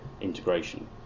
integration